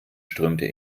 strömte